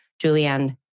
Julianne